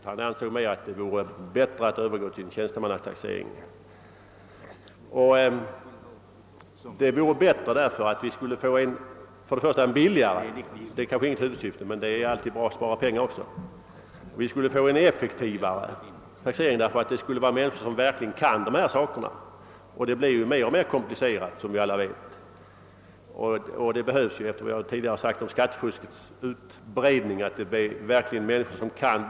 Även han ansåg att det vore bättre att övergå till en tjänstemannataxering. Då skulle vi dels få ett billigare taxeringsförfarande — det har väl inte någon avgörande betydelse, men det är ju alltid bra att också kunna spara pengar — dels en effektivare taxering, eftersom vi i taxeringsnämnderna då skulle få människor som verkligen kan dessa saker, som efter hand blir allt mer och mer komplicerade. Eftersom skattefusket utbreder sig alltmer måste vi därför ha människor som verkligen kan tränga in i frågorna.